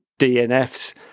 DNFs